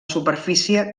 superfície